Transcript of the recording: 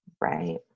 Right